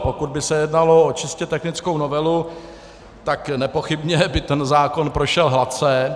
Pokud by se jednalo o čistě technickou novelu, tak nepochybně by ten zákon prošel hladce.